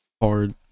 Hard